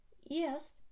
Yes